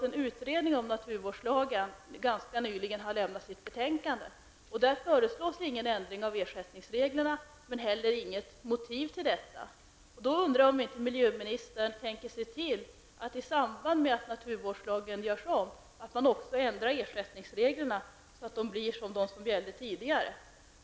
En utredning om naturvårdslagen har ganska nyligen lämnat sitt betänkande. Där föreslås ingen ändring av ersättningsreglerna. Det finns dock inget motiv för detta. Jag undrar om miljöministern inte tänker sig att man i samband med att naturvårdslagen görs om ändrar ersättningsreglerna så att de tidigare reglerna åter blir gällande.